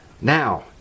Now